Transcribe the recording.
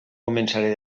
començaré